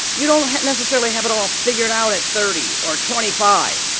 you don't necessarily have it all figured out at thirty or twenty five,